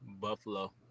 Buffalo